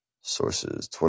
Sources